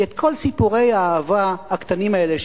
כי כל סיפורי האהבה הקטנים האלה,